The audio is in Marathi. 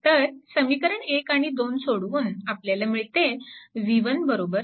तर समीकरण 1 आणि 2 सोडवून आपल्याला मिळते v1 10